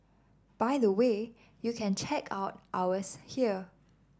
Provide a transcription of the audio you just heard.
by the way you can check out ours here